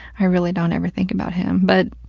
i really don't ever think about him. but,